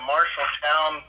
Marshalltown